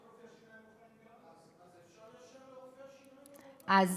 הסתדרות רופאי השיניים,